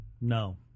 No